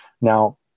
Now